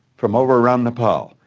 from over around nepal.